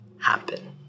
happen